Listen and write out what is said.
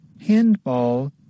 Handball